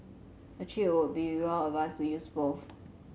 a cheat would be well advised to use both